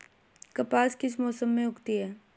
कपास किस मौसम में उगती है?